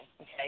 Okay